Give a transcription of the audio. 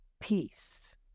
peace